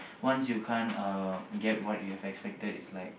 once you can't uh get what you expected is like